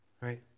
right